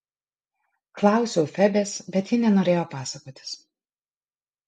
klausiau febės bet ji nenorėjo pasakotis